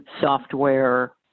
software